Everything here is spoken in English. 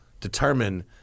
determine